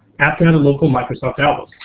local microsoft albums.